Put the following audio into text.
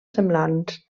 semblants